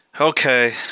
okay